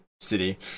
city